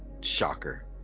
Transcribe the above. Shocker